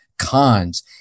cons